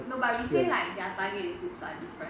no but you say like their target groups are different